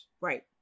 Right